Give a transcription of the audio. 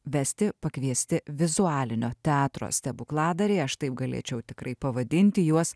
vesti pakviesti vizualinio teatro stebukladariai aš taip galėčiau tikrai pavadinti juos